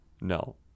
No